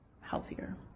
healthier